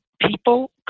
people